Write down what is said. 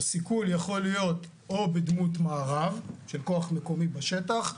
הסיכול יכול להיות הן בדמות מארב של כוח מקומי בשטח,